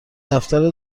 دفتر